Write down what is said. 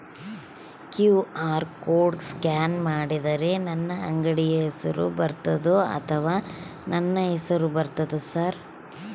QR code scan ಮಾಡಿದರೆ ನನ್ನ ಅಂಗಡಿ ಹೆಸರು ಬರ್ತದೋ ಅಥವಾ ನನ್ನ ಹೆಸರು ಬರ್ತದ ಸರ್?